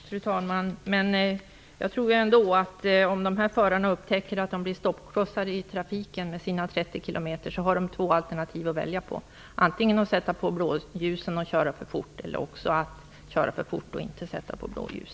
Fru talman! Men jag tror ändå att om dessa förare upptäcker att de blir stoppklossar i trafiken när de kör sina 30 kilometer i timmen, så har de två alternativ att välja på, antingen att sätta på blåljusen och köra för fort eller att köra för fort utan blåljus.